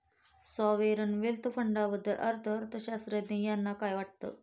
Sovereign wealth फंडाबद्दल अर्थअर्थशास्त्रज्ञ यांना काय वाटतं?